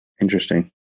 Interesting